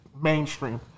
mainstream